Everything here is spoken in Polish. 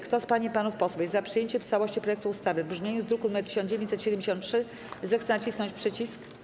Kto z pań i panów posłów jest za przyjęciem w całości projektu ustawy w brzmieniu z druku nr 1973, zechce nacisnąć przycisk.